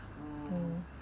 oh